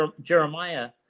Jeremiah